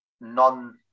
non